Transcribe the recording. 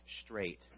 straight